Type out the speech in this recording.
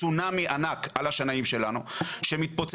צונמי ענק על השנאים שלנו שמתפוצצים,